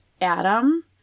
Adam